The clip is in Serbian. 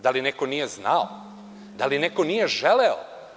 Da li neko nije znao, da li neko nije želeo?